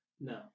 No